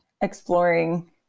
exploring